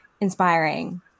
inspiring